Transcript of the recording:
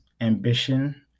ambition